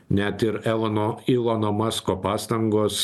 net ir elono ilono masko pastangos